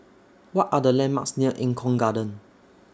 What Are The landmarks near Eng Kong Garden